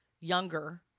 younger